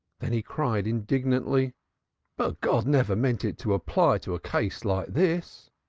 then he cried indignantly but god never meant it to apply to a case like this!